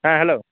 ᱦᱮᱸ ᱦᱮᱞᱳ